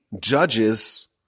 judges